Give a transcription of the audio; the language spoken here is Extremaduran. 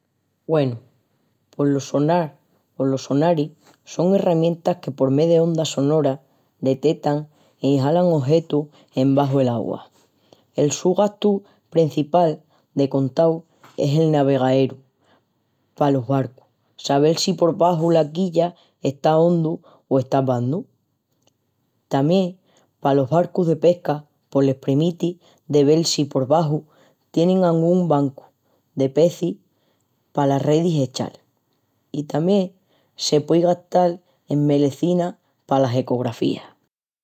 Güenu, pos los sonar o los sonaris son herramientas que por mé d'ondas sonoras detetan i enhallan ojetus embaxu l'augua. El su gastu prencipal, de contau, es el navegaeru, palos barcus sabel si por baxu la quilla está hondu o está pandu. Tamién palos barcus de pesca pos les premiti de vel si por baxu tienin angún bancu de pecis palas redis echal. I tamién se puei gastal en melecina palas ecografías.